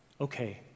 okay